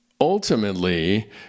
ultimately